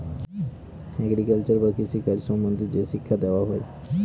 agriculture বা কৃষি কাজ সম্বন্ধে যে শিক্ষা দেওয়া হয়